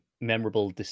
memorable